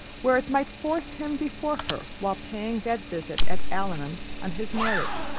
where it might force him before her while paying that visit at allenham on his marriage,